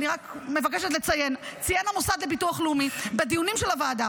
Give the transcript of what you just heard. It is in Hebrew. אני רק מבקשת לציין ציין המוסד לביטוח לאומי בדיונים של הוועדה